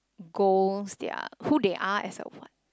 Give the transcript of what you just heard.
goals their who they are as a what